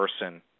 person